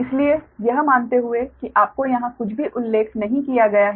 इसलिए यह मानते हुए कि आपको यहां कुछ भी उल्लेख नहीं किया गया है